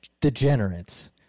degenerates